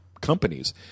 companies